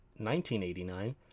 1989